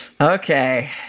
Okay